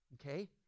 Okay